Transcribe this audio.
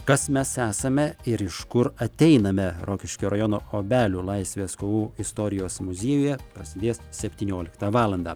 kas mes esame ir iš kur ateiname rokiškio rajono obelių laisvės kovų istorijos muziejuje prasidės septynioliktą valandą